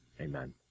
Amen